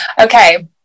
Okay